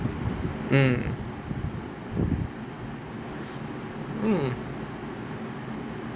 mm mm